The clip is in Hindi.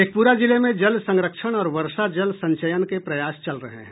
शेखपुरा जिले में जल संरक्षण और वर्षा जल संचयन के प्रयास चल रहे हैं